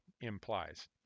implies